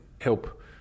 help